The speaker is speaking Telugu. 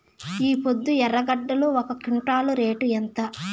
ఈపొద్దు ఎర్రగడ్డలు ఒక క్వింటాలు రేటు ఎంత?